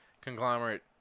Conglomerate